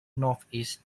northeast